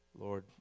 Lord